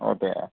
ओह् ते ऐ